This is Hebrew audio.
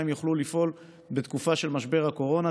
הם יוכלו לפעול בתקופה של משבר הקורונה.